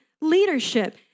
leadership